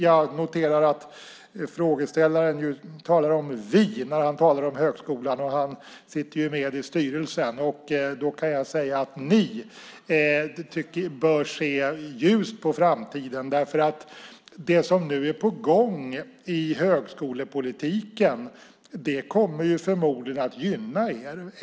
Jag noterar att frågeställaren talar om vi när han talar om högskolan. Han sitter med i styrelsen. Ni bör se ljust på framtiden. Det som nu är på gång i högskolepolitiken kommer förmodligen att gynna er.